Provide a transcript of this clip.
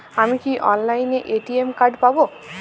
আমি কি অনলাইনে এ.টি.এম কার্ড পাব?